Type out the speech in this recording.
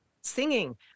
singing